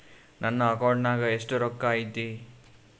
ನನ್ನ ಅಕೌಂಟ್ ನಾಗ ಎಷ್ಟು ರೊಕ್ಕ ಐತಿ?